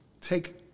take